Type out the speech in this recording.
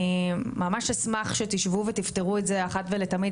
אני ממש אשמח שתשבו ותפתרו את זה אחת ולתמיד